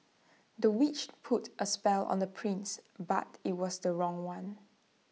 the witch put A spell on the prince but IT was the wrong one